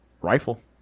rifle